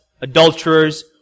adulterers